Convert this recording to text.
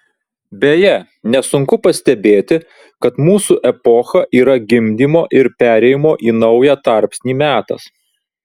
beje nesunku pastebėti kad mūsų epocha yra gimdymo ir perėjimo į naują tarpsnį metas